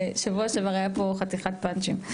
שבוע שעבר היה פה חתיכת פאנצ'ים.